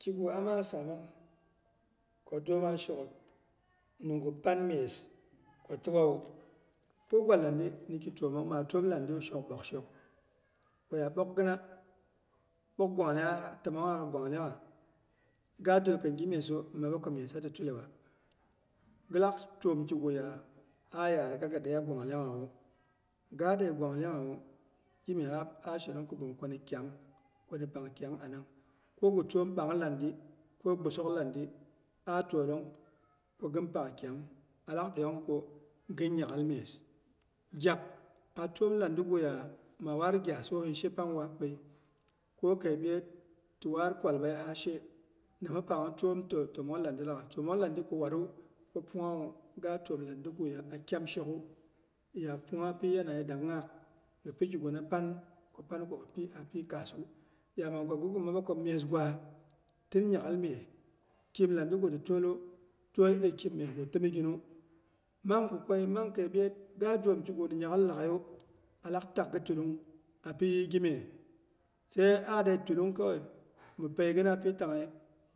Kigu ama samang ko doma shok ghit ningu pan myes ko tiwawu, ko gwa landi twomong maa teom landi wu shok ɓokshok, koya ɓokghina ɓok gwanglyangha ga. təmonghagha gwang lyangha, ga dulkɨn gimyesu, mi maba ko myesa ti tulewa. Gilak twom kigu ya ayarga ga gɨ deiya gwanglyanghawu ga dei gwanglyangawu, gimye ah shenong ko ɓungko ni kyaang, koni pang kyaang anang, kogɨ twom ɓong landi, ko kɓosong landi ah twolong ko gɨn pang kyang alak deiyong ko gɨn nya'ghal myes. Gyak a twom landi guya maa waat gyasohin ashe pang wakwei. Ko kei byeet ti war kwabeihyaha she nimhapang twom totwomong landi laghai. Twomong landi kuk warru, ko pungghawu ga twom landiguya a kyakshogwu. Ya pungha pi yanayi danghaak gɨpi kiguna panko gipi api kaasu. Yama gwagiwu mi maba ko myesgwa tin nya'ghal mye. Kɨim landigu ti twomu, twol irikim myegu timiginu. Mang kukwei mang keiɓyeet ga dwom kiguni nya'ghala laghaiyu, alak takgah tullung pi yɨiy gimyes. Sai ahde tullung kawai mɨ peigina pɨi tangyei